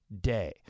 day